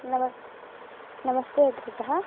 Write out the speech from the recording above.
नमः नमस्ते अग्रजः